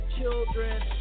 children